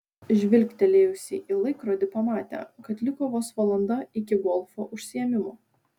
žvilgtelėjusi į laikrodį pamatė kad liko vos valanda iki golfo užsiėmimo